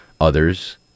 Others